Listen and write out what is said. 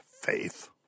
faith